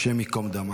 השם ייקום דמה.